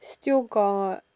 still got